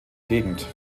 gegend